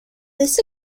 this